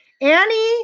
Annie